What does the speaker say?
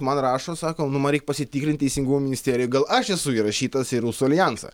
man rašo sako nu man reik pasitikrinti teisingumo ministerijoj gal aš esu įrašytas į rusų aljansą